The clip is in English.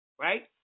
right